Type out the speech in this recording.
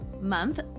month